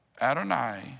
Adonai